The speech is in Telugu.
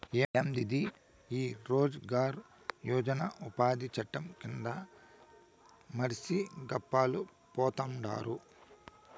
యాందిది ఈ రోజ్ గార్ యోజన ఉపాది చట్టం కింద మర్సి గప్పాలు పోతండారు